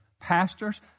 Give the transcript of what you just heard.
Pastors